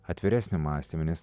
atviresnio mąstymo nes